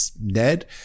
Ned